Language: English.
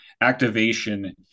activation